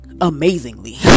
amazingly